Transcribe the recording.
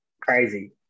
Crazy